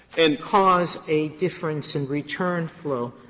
and cause a difference in return flow?